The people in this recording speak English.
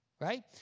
Right